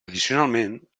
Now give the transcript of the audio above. addicionalment